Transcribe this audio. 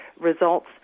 results